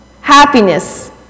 Happiness